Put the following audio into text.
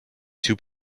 two